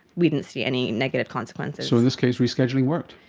we didn't see any negative consequences. so in this case rescheduling worked.